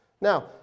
Now